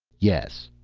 yes,